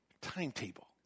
timetable